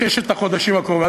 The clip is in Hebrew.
בששת החודשים הקרובים.